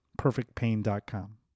PerfectPain.com